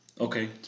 Okay